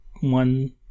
one